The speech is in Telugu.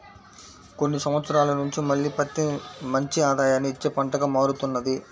కొన్ని సంవత్సరాల నుంచి మళ్ళీ పత్తి మంచి ఆదాయాన్ని ఇచ్చే పంటగా మారుతున్నది